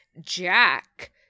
Jack